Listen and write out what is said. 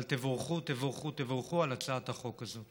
אבל תבורכו, תבורכו, תבורכו על הצעת החוק הזאת.